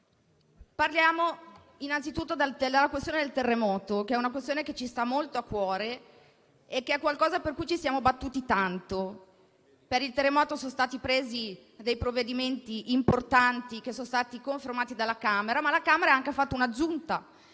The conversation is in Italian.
Parliamo, innanzitutto, della questione del terremoto, che è una questione che ci sta molto a cuore e per la quale ci siamo battuti tanto. Per il terremoto sono stati presi dei provvedimenti importanti, che sono stati confermati dalla Camera. La Camera, ha anche apportato una aggiunta